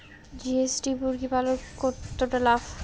GST মুরগি পালনে কতটা লাভ হয়?